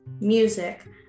music